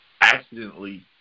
accidentally